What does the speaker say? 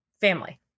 family